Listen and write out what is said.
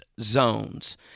zones